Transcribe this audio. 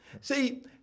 See